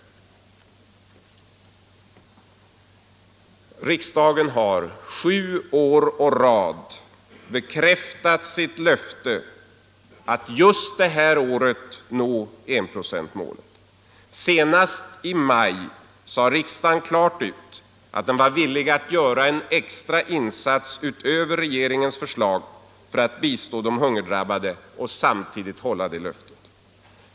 Riksdagen har sju år i rad bekräftat sitt löfte att just i år nå enprocentsmålet. Senast i maj sade riksdagen klart ut att den var villig att göra en extra insats utöver regeringens förslag för att bistå de hungerdrabbade och samtidigt hålla sitt löfte.